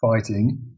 fighting